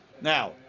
Now